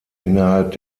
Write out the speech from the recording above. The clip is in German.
innerhalb